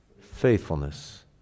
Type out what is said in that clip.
Faithfulness